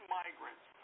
migrants